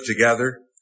together